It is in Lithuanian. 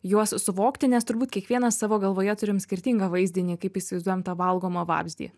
juos suvokti nes turbūt kiekvienas savo galvoje turim skirtingą vaizdinį kaip įsivaizduojam tą valgomą vabzdį